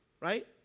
right